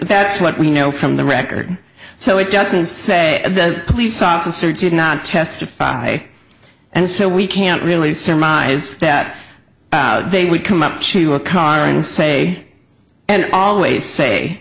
that's what we know from the record so it doesn't say the police officer did not testify and so we can't really surmise that they would come up to a car and say and always say